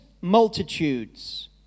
multitudes